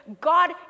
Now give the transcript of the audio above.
God